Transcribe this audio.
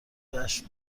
جشن